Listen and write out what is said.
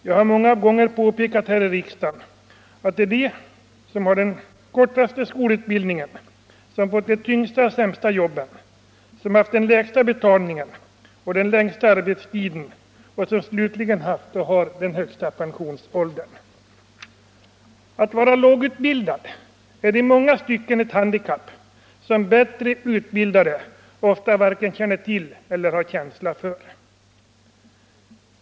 Jag har många gånger påpekat här i riksdagen att det är de som har den kortaste skolutbildningen som fått de tyngsta och sämsta jobben, som haft den sämsta betalningen och den längsta arbetstiden och som slutligen haft och har den högsta pensionsåldern. Att vara lågutbildad är i många stycken ett handikapp, som bättre utbildade ofta varken känner till eller har känsla för.